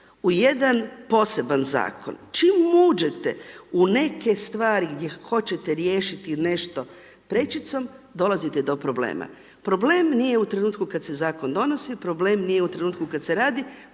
u jedan poseban zakon, čim uđete u neke stvari gdje hoćete riješiti nešto prečicom dolazite do problema. Problem nije u trenutku kada se zakon donosi, problem nije u trenutku kada se radi,